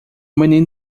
menino